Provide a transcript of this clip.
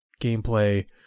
gameplay